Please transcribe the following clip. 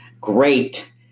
Great